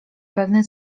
pewne